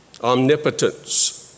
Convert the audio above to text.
omnipotence